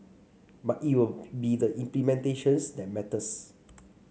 but it will be the implementations that matters